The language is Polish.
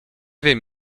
wiem